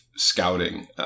Scouting